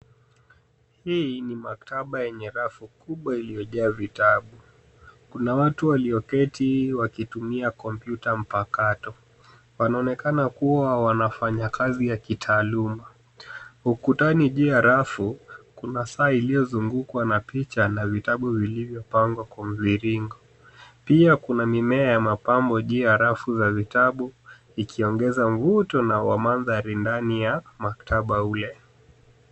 Hii ni makataba yenye rafu kubwa iliyojaa vitabu. Kuna watu walioketi wakitumia kompyuta mpakato, wanaonekana kuwa wanafanya kazi ya kitaaluma. Ukukutani juu ya rafu, kuna saa iliyozungukwa na picha na vitabu vilivyopangwa kumviringo. Pia kuna mimea ya mapambo juu ya rafu za vitabu likiongeza mvuto na wamandhari ndani ya mkataba ule.